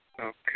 Okay